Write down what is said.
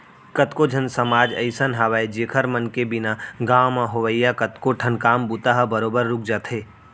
कतको ठन समाज अइसन हावय जेखर मन के बिना गाँव म होवइया कतको ठन काम बूता ह बरोबर रुक जाथे